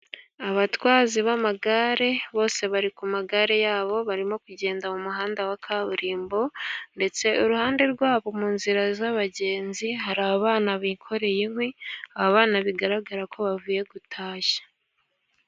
Abatwazi b'amagare bose bari ku magare yabo barimo kugenda mu muhanda wa kaburimbo, ndetse iruhande rwabo mu nzira z'abagenzi hari abana bikoreye inkwi, aba bana bigaragara ko bavuye gutashya.